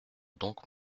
donc